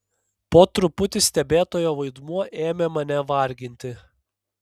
po truputį stebėtojo vaidmuo ėmė mane varginti